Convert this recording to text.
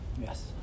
Yes